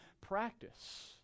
practice